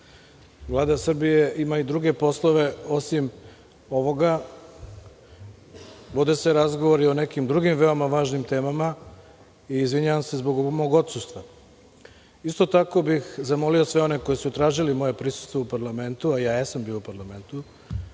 Vlada Srbije ima i druge poslove. Osim ovoga, vode se razgovori i o nekim drugim veoma važnim temama. Izvinjavam se zbog mog odsustva. Isto tako bih zamolio sve one koji su tražili moje prisustvo u parlamentu, a ja jesam bio u parlamentu,